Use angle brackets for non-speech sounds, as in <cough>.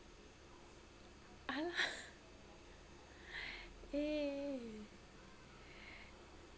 !alah! <laughs> eh